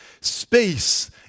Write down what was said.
space